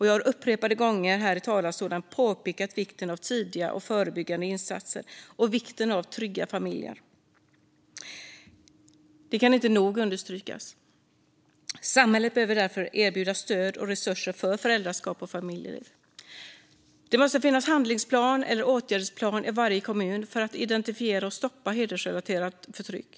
Jag har upprepade gånger här i talarstolen pekat på vikten av tidiga och förebyggande insatser och vikten av trygga familjer. Det kan inte nog understrykas. Samhället behöver därför erbjuda stöd och resurser för föräldraskap och familjeliv. Det måste finnas en handlingsplan eller åtgärdsplan i varje kommun för att identifiera och stoppa hedersrelaterat förtryck.